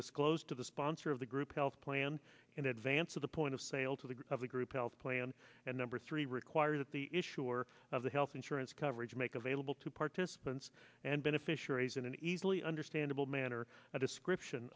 disclosed to the sponsor of the group health plan in advance of the point of sale to the good of the group health plan and number three require that the issuer of the health insurance coverage make available to participants and beneficiaries in an easily understandable manner a description